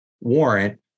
warrant